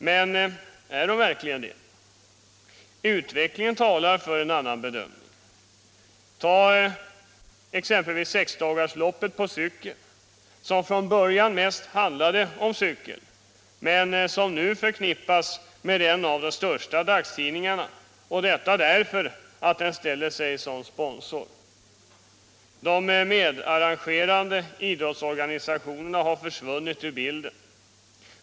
Men är man verkligen det? Utvecklingen talar för en annan bedömning. Ta exempelvis sexdagarsloppet på cykel, som från början mest handlade om cykelsport men som nu förknippas med en av de största dagstidningarna, därför att denna tidning står som sponsor. De medarrangerande idrottsorganisationerna har försvunnit ur bilden.